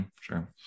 sure